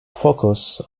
focus